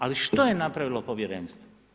Ali, što je napravilo Povjerenstvo?